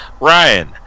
Ryan